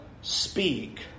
speak